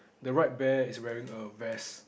the right bear is wearing a vest